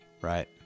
Right